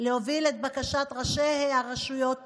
להוביל את בקשת ראשי הרשויות